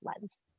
lens